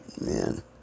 man